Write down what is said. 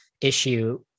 issue